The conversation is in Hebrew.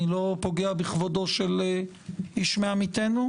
אני לא פוגע בכבודו של איש מעמיתנו?